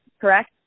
correct